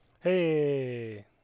Hey